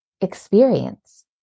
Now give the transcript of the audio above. experience